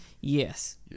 Yes